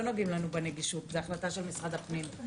לא נוגעים לנו בנגישות זה החלטה של משרד הפנים.